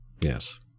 Yes